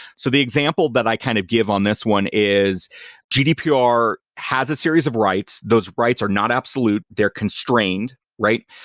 so the example that i kind of give on this one is gdpr has a series of rights. those rights are not absolute. they're constrained, right?